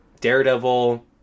Daredevil